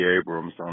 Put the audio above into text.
Abrams